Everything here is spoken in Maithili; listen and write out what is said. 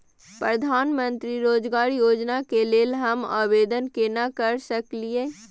प्रधानमंत्री रोजगार योजना के लेल हम आवेदन केना कर सकलियै?